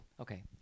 okay